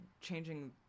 changing –